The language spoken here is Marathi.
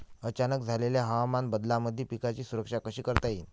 अचानक झालेल्या हवामान बदलामंदी पिकाची सुरक्षा कशी करता येईन?